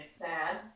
Bad